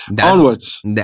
onwards